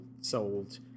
sold